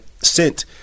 sent